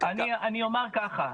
אני אומַר ככה.